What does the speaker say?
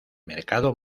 mercado